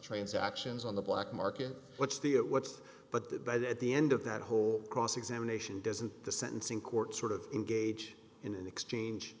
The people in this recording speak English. transactions on the black market what's the what's but that by the at the end of that whole cross examination doesn't the sentencing court sort of engage in an exchange